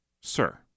Sir